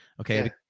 okay